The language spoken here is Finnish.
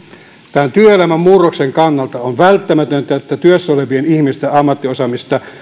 tämän työelämän murroksen kannalta on välttämätöntä että työssä olevien ihmisten ammattiosaamista